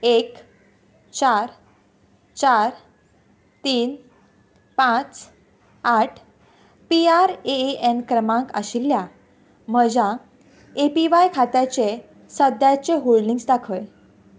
एक चार चार तीन पांच आठ पी आर ए एन क्रमांक आशिल्ल्या म्हज्या ए पी व्हाय खात्याचे सद्याचे होल्डिंग्स दाखय